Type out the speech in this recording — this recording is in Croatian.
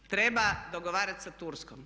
Treba dogovarat sa Turskom.